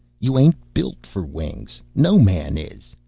you ain't built for wings no man is.